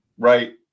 Right